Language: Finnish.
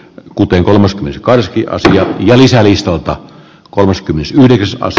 ja kuten kolmas karskia siinä välissä listalta kolmaskymmeneskahdeksas